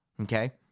Okay